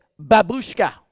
Babushka